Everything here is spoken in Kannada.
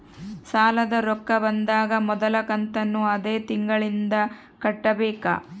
ಸಾಲದ ರೊಕ್ಕ ಬಂದಾಗ ಮೊದಲ ಕಂತನ್ನು ಅದೇ ತಿಂಗಳಿಂದ ಕಟ್ಟಬೇಕಾ?